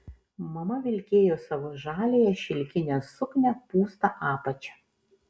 mama vilkėjo savo žaliąją šilkinę suknią pūsta apačia